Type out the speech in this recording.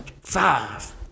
Five